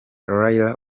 raila